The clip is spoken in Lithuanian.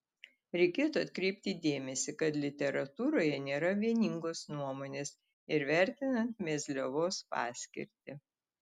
reikėtų atkreipti dėmesį kad literatūroje nėra vieningos nuomonės ir vertinant mezliavos paskirtį